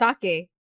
sake